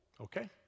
Okay